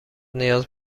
نیاز